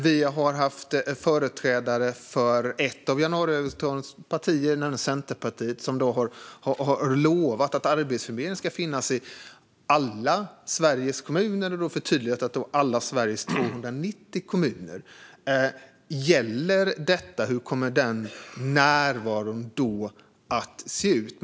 Vi har hört företrädare för ett av januariöverenskommelsens partier, Centerpartiet, lova att Arbetsförmedlingen ska finnas i alla Sveriges kommuner, även förtydligat med alla Sveriges 290 kommuner. Gäller detta? Hur kommer den närvaron då att se ut?